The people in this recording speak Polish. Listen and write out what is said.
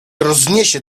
rozniesie